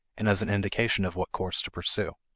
and as an indication of what course to pursue.